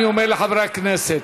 אני אומר לחברי הכנסת,